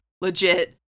legit